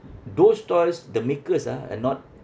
those toys the makers ah are not